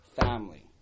family